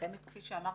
כפי שאמרתי,